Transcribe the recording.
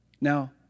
Now